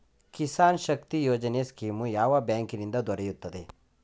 Kisan Shakti Yojana scheme ಯಾವ ಬ್ಯಾಂಕಿನಿಂದ ದೊರೆಯುತ್ತದೆ?